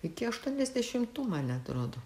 iki aštuoniasdešimtų man atrodo